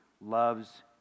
loves